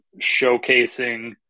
showcasing